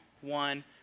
one